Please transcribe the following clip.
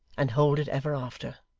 and hold it ever after.